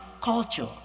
culture